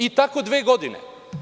I tako dve godine.